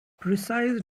precise